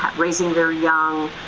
raising their young.